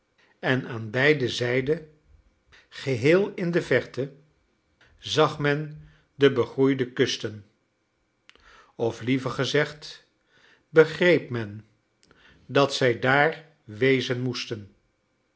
en aan beide zijden geheel in de verte zag men de begroeide kusten of liever gezegd begreep men dat zij daar wezen moesten